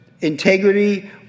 integrity